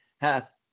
hath